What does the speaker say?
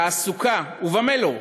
בתעסוקה ובמה לא,